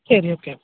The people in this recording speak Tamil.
சரி ஓகே